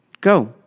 Go